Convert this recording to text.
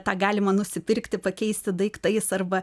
tą galima nusipirkti pakeisti daiktais arba